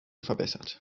verbessert